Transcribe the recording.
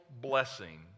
blessing